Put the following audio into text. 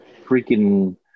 freaking